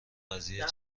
قضیه